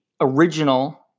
original